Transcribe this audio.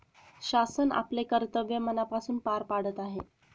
शासन आपले कर्तव्य मनापासून पार पाडत आहे